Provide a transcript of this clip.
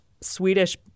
Swedish